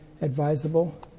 advisable